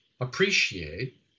appreciate